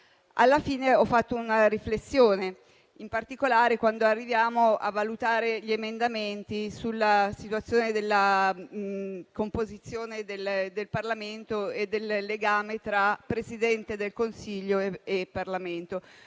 alla fine ho fatto una riflessione, in particolare quando arriviamo a valutare gli emendamenti sulla composizione del Parlamento e sul legame tra Presidente del Consiglio e Parlamento.